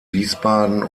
wiesbaden